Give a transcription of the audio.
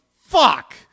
fuck